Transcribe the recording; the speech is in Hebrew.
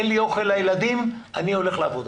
אין לי אוכל לילדים, אני הולך לעבודה.